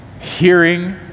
hearing